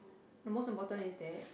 the most important is that